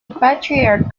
patriarch